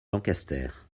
lancaster